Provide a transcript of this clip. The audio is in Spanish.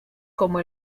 como